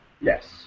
Yes